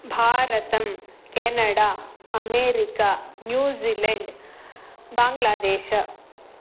भारतं Canada America New Zealand बाङ्ग्लादेशः